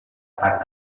part